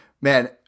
man